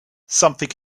something